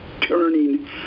turning